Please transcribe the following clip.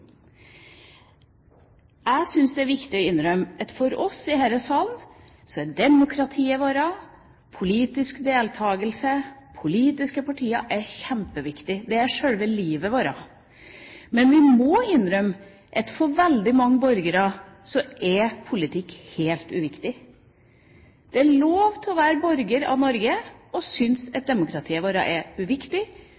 Jeg syns det er viktig å innrømme at for oss i denne salen er demokratiet vårt, politisk deltakelse og politiske partier kjempeviktig – det er sjølve livet vårt. Men vi må også innrømme at for veldig mange borgere er politikk helt uviktig. Det er lov å være borger av Norge og